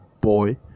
boy